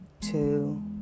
two